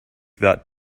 that